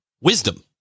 wisdom